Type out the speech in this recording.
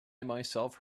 myself